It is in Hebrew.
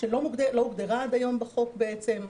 שלא הוגדרה עד היום בחוק בעצם.